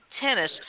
tennis